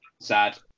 sad